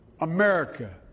America